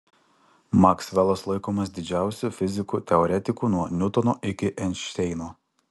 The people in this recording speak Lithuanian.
maksvelas laikomas didžiausiu fiziku teoretiku nuo niutono iki einšteino